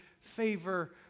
favor